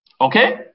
Okay